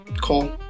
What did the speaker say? call